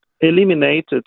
eliminated